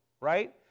right